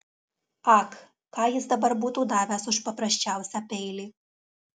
ak ką jis dabar būtų davęs už paprasčiausią peilį